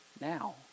now